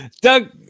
Doug